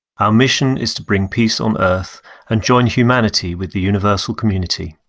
our mission is to bring peace on earth and join humanity with the universal community.